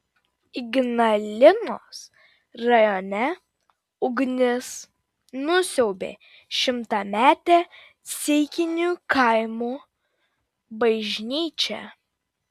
ignalinos rajone ugnis nusiaubė šimtametę ceikinių kaimo bažnyčią